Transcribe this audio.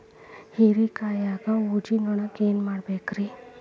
ಹೇರಿಕಾಯಾಗ ಊಜಿ ನೋಣಕ್ಕ ಏನ್ ಮಾಡಬೇಕ್ರೇ?